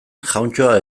jauntxoa